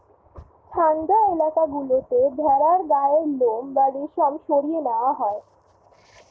ঠান্ডা এলাকা গুলোতে ভেড়ার গায়ের লোম বা রেশম সরিয়ে নেওয়া হয়